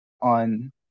on